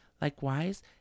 Likewise